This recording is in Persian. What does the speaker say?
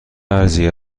ارزی